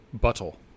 Buttle